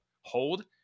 hold